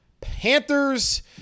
Panthers